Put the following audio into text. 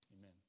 Amen